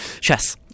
Chess